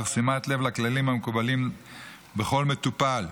תוך שימת לב לכללים המקובלים לגבי כל מטופל,